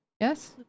yes